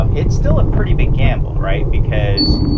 um it's still a pretty big gamble. right, because,